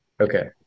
okay